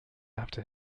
after